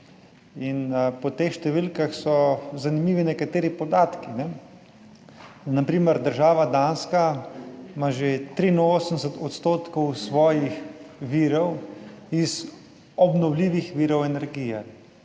Po teh številkah so zanimivi nekateri podatki. Na primer, država Danska ima že 83 % svojih virov iz obnovljivih virov energije.